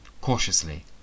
cautiously